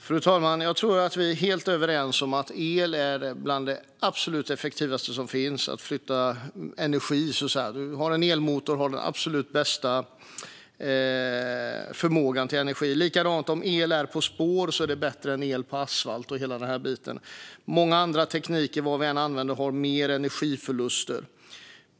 Fru talman! Jag tror att vi är helt överens om att el är bland det absolut effektivaste som finns när det gäller att flytta energi. Har du en elmotor har du den absolut bästa förmågan till energi. På samma sätt är el på spår bättre än el på asfalt, och hela den biten. Många andra tekniker, vad vi än använder, har större energiförluster.